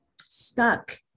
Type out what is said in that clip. stuck